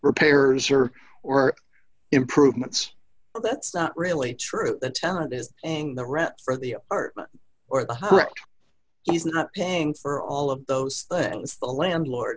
repairs are or improvements but that's not really true tenet is and the rep for the art or he's not paying for all of those things the landlord